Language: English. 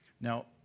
Now